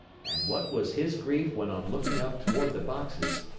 and what was his grief when on looking up toward the boxes,